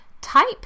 type